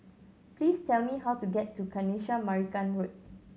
please tell me how to get to Kanisha Marican Road